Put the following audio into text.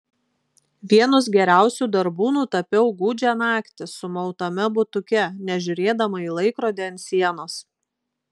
vienus geriausių darbų nutapiau gūdžią naktį sumautame butuke nežiūrėdama į laikrodį ant sienos